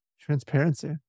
transparency